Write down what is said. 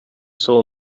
saw